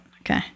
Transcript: Okay